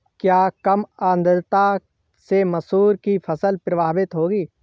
क्या कम आर्द्रता से मसूर की फसल प्रभावित होगी?